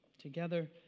Together